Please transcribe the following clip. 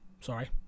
Sorry